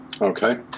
Okay